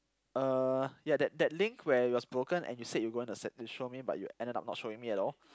uh yeah that that link where it was broken and you said you were gonna set to show me but you ended up not showing me at all